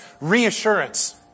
reassurance